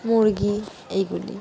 মুরগি এইগুলি